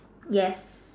yes